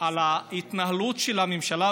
על ההתנהלות של הממשלה,